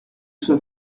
soit